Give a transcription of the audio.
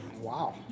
Wow